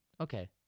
okay